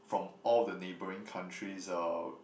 from all the neighbouring countries or